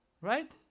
Right